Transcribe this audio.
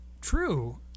true